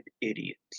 idiots